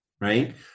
right